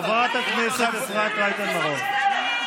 חברת הכנסת אפרת רייטן מרום.